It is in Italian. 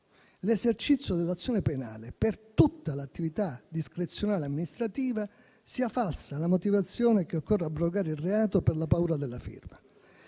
l'esercizio dell'azione penale per tutta l'attività discrezionale amministrativa, sia falsa la motivazione che occorra abrogare il reato per la paura della firma.